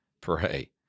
pray